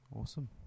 Awesome